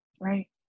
right